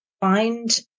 find